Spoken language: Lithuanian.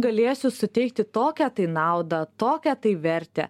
galėsiu suteikti tokią tai naudą tokią tai vertę